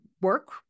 work